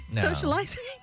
socializing